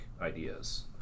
ideas